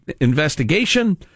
investigation